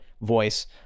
voice